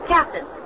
Captain